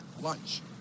lunch